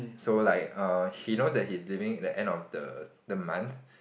so like err he knows that he is leaving the end of the the month